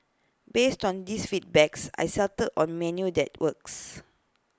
based on these feedbacks I settled on menu that works